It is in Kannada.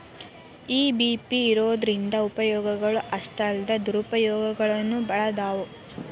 ಇ.ಬಿ.ಪಿ ಇರೊದ್ರಿಂದಾ ಉಪಯೊಗಗಳು ಅಷ್ಟಾಲ್ದ ದುರುಪಯೊಗನೂ ಭಾಳದಾವ್